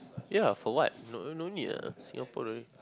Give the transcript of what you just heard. ya for what no no need ah Singapore no need